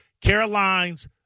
Caroline's